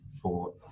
for-